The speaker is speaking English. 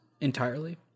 entirely